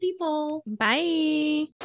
-bye